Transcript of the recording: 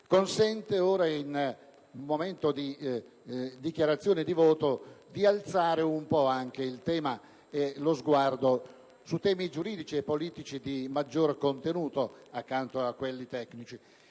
consente ora, in sede di dichiarazione di voto, di alzare un po' lo sguardo su temi giuridici e politici di maggior contenuto, accanto a quelli tecnici.